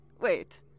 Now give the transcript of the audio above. Wait